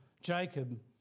Jacob